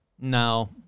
No